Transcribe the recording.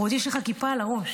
ועוד יש לך כיפה על הראש.